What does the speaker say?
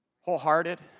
Wholehearted